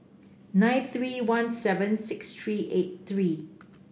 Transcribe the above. nine three one seven six three eight three